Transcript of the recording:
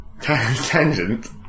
Tangent